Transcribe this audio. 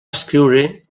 escriure